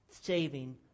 Saving